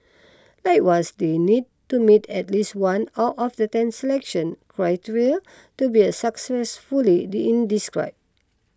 likewise they need to meet at least one out of the ten selection criteria to be inscribed